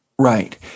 Right